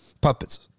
Puppets